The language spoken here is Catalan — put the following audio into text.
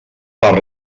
per